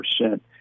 percent